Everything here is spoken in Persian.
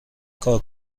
کار